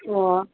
ꯑꯣ